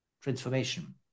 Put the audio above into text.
transformation